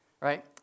right